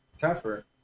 tougher